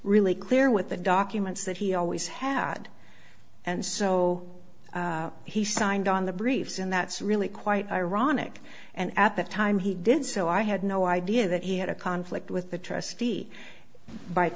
really clear with the documents that he always had and so he signed on the briefs and that's really quite ironic and at the time he did so i had no idea that he had a conflict with the trustee by